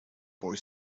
boy